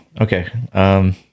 Okay